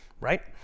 right